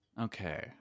okay